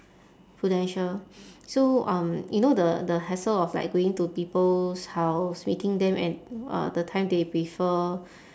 prudential so um you know the the hassle of like going to people's house meeting them at uh the time they prefer